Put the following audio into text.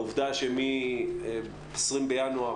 העובדה שמ-20 בינואר,